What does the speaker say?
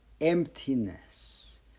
emptiness